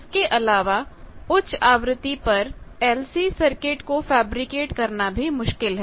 इसके अलावा उच्च आवृत्ति पर LC सर्किट को फैब्रिकेट करना भी मुश्किल है